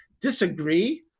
disagree